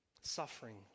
suffering